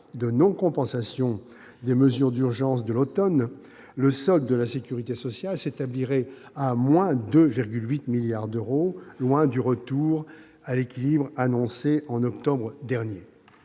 de non-compensation des mesures d'urgence de l'automne, le solde de la sécurité sociale s'établirait, en négatif, à 2,8 milliards d'euros, loin du retour à l'équilibre annoncé en octobre dernier.